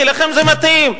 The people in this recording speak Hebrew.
כי לכם זה מתאים,